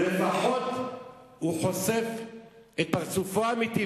ולפחות הוא חושף את פרצופו האמיתי,